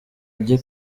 ajye